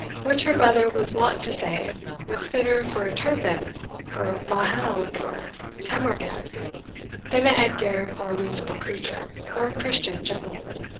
which her brother was wont to say was fitter for a turban for mahound or termagant, than a head-gear for a reasonable creature, or christian gentlewoman.